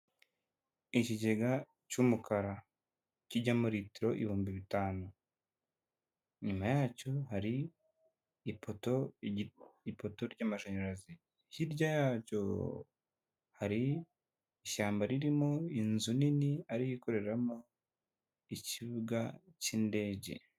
Ikigega cy'umukara kijyamo ritiro ibihumbi bitanu nyuma yacyo hari ipoto ipoto ry'amashanyarazi hirya yacyo hari ishyamba ririmo inzu nini ariyo ikoreramo ikibuga cy'indege.